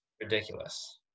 ridiculous